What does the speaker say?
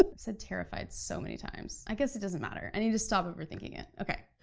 ah said terrified so many times. i guess it doesn't matter. i need to stop overthinking it. okay.